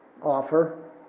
offer